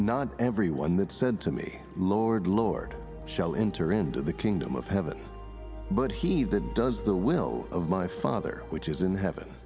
not everyone that said to me lord lord shall enter into the kingdom of heaven but he that does the will of my father which is in heaven